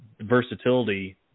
versatility